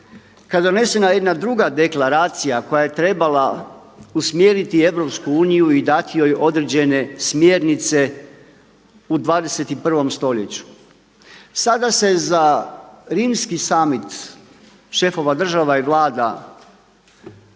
je donesena jedna druga deklaracija koja je trebala usmjeriti EU i dati joj određene smjernice u 21. stoljeću. Sada se za Rimski summit šefova država i Vlada